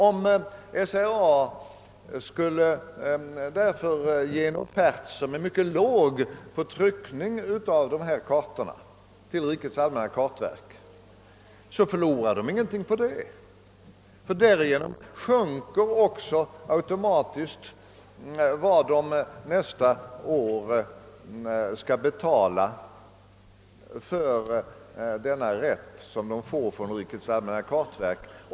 Om SRA skulle ge en mycket låg offert till rikets allmänna kartverk för tryckning av dessa kartor, förlorar SRA ingenting på det. Därigenom sjunker nämligen med reservation för en ev. bruttoprisändring vad SRA nästa år skall betala för leveranser och rättigheter från rikets allmänna kartverk.